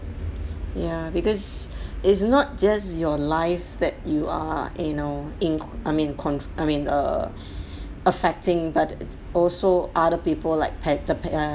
ya because it's not just your life that you are you know in~ I mean con~ I mean err affecting but it's also other people like pa~ the pa~